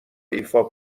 ایفا